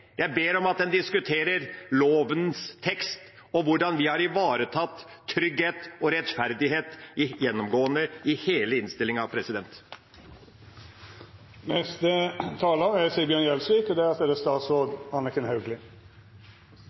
Jeg ber om at en diskuterer lovens tekst og hvordan vi har ivaretatt trygghet og rettferdighet gjennomgående i hele innstillinga. Det er en særdeles viktig sak som blir debattert i dag. Det